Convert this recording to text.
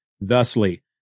thusly